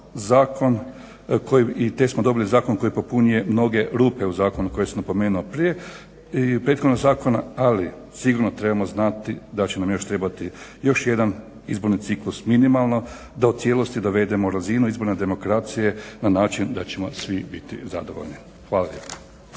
ali dobili smo te smo dobili zakon koji popunjuje mnoge rupe u zakonu koji sam napomenuo prije i prethodnog zakona ali sigurno trebamo znati da ćemo još trebati jedan izborni ciklus minimalno da u cijelosti dovedemo razinu izborne demokracije na način da ćemo svi biti zadovoljni. Hvala